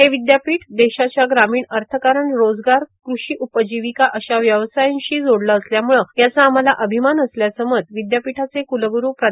हे विद्यापीठ देशाच्या ग्रामीण अर्थकारण रोजगार क्रूषी उपजीविका अशा व्यवसायांशी जोडलं असल्यामुळं याचा आम्हाला अभिमान असल्याचं मत विद्यापीठाचे कुलगुरू प्रा